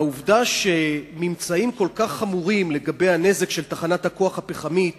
והעובדה שממצאים כל כך חמורים לגבי הנזק של תחנת הכוח הפחמית